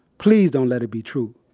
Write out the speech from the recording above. please don't let it be true.